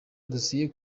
dosiye